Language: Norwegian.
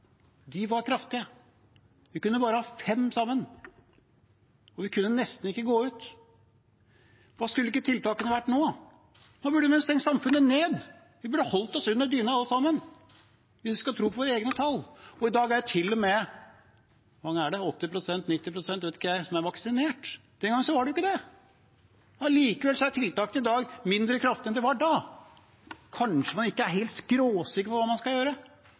var også kraftige. Vi kunne være bare fem sammen, og vi kunne nesten ikke gå ut. Hva skulle ikke tiltakene vært nå? Nå burde man jo stengt samfunnet ned. Vi burde holdt oss under dyna, alle sammen, hvis vi skal tro på våre egne tall. I dag er til og med 80 pst. eller 90 pst. – jeg vet ikke – vaksinert. Den gangen var de ikke det. Allikevel er tiltakene i dag mindre kraftige enn de var da. Kanskje man ikke er helt skråsikker på hva man skal gjøre.